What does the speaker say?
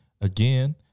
again